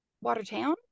Watertown